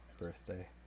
birthday